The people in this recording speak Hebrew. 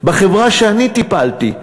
בחברה שאני טיפלתי,